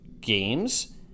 games